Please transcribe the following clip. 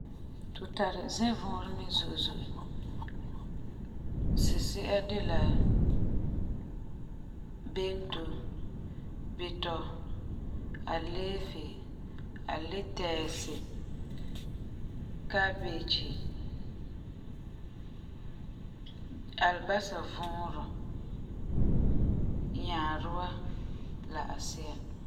Tu tari zɛvuurɔ mɛ zo'e zo'e, si si'a de la: Bento, bitɔ, aleefi, aletɛɛsi, kabegi, alebasa vuurɔ, nyaadua la asi'a.